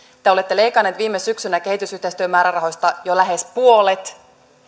te olette leikanneet viime syksynä kehitysyhteistyömäärärahoista jo lähes puolet